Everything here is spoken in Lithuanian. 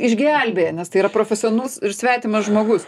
išgelbėja nes tai yra profesionalus ir svetimas žmogus